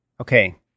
okay